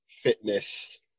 fitness